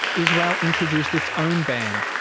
israel introduced its own ban.